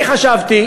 אני חשבתי